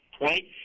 right